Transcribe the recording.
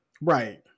Right